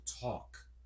talk